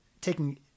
taking